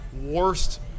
Worst